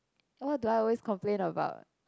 what do I always complain about